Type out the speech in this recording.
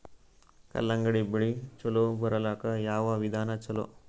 ಕಲ್ಲಂಗಡಿ ಬೆಳಿ ಚಲೋ ಬರಲಾಕ ಯಾವ ವಿಧಾನ ಚಲೋ?